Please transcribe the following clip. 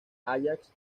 ajax